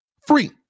Free